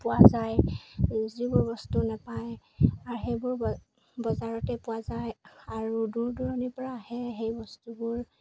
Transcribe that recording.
পোৱা যায় যিবোৰ বস্তু নাপায় আৰু সেইবোৰ বজাৰতে পোৱা যায় আৰু দূৰ দূৰণিৰ পৰা আহে সেই বস্তুবোৰ